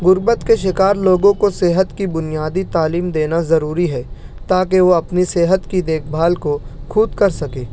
غربت کے شکار لوگوں کو صحت کی بنیادی تعلیم دینا ضروری ہے تاکہ وہ اپنی صحت کی دیکھ بھال کو خود کر سکے